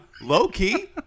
low-key